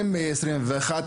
בשנת 2021,